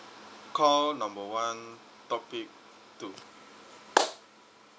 call number one topic two